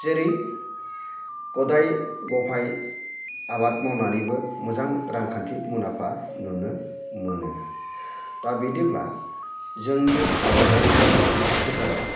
जेरै गदाइ गफाइ आबाद मावनानैबो मोजां रांखान्थि मुलामफा नुनो मोनो दा बिदिब्ला जोंनि आबादारिफ्रा आथिखालाव